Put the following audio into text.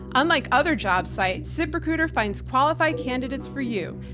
unlike other job sites, ziprecruiter finds qualified candidates for you.